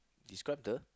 describe the